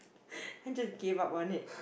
and just give up on it